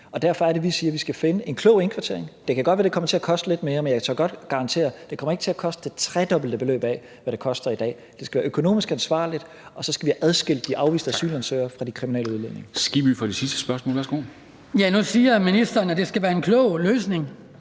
Derfor er det, vi siger, at vi skal finde en klog indkvartering. Det kan godt være, at det kommer til at koste lidt mere, men jeg tør godt garantere, at det ikke kommer til at koste det tredobbelte beløb af, hvad det koster i dag. Det skal være økonomisk ansvarligt, og så skal vi adskille de afviste asylansøgere fra de kriminelle udlændinge. Kl. 14:13 Formanden (Henrik Dam Kristensen): Hans Kristian